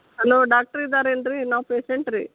hello doctor ಇದ್ದಾರೇನು ರೀ ನಾವು ಪೇಶಂಟ್ ರೀ